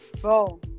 bro